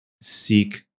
seek